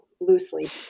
loosely